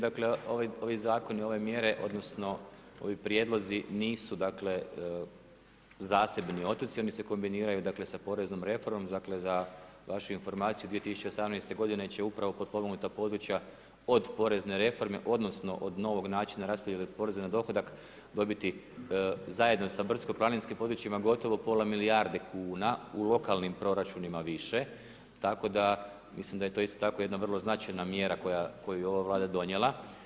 Dakle ovi zakoni, ove mjere, odnosno ovi prijedlozi nisu dakle zasebni otoci, oni se kombiniraju sa poreznom reformom, dakle za vašu informaciju 2018. godine će upravo potpomognuta područja od porezne reforme, odnosno od novog načina raspodjele poreza na dohodak dobiti zajedno sa brdsko planinskim područjima gotovo pola milijarde kuna u lokalnim proračunima više, tako da mislim da je to isto tako jedna vrlo značajna mjera koju je ova Vlada donijela.